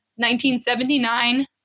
1979